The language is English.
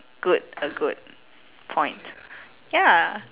good a good point ya